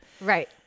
right